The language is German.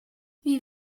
wie